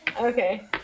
Okay